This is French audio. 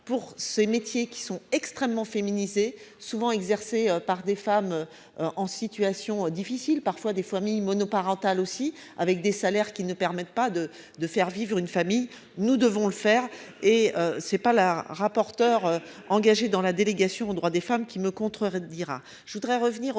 pour ce métier, qui sont extrêmement féminisés souvent exercée par des femmes. En situation difficile, parfois des familles monoparentales aussi avec des salaires qui ne permettent pas de de faire vivre une famille, nous devons le faire et c'est pas la rapporteure engagé dans la délégation aux droits des femmes qui me contredira.